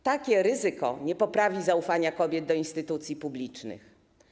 Takie ryzyko nie poprawi zaufania kobiet do instytucji publicznych.